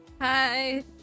Hi